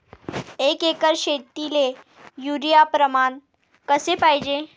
एक एकर शेतीले युरिया प्रमान कसे पाहिजे?